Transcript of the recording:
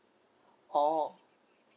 orh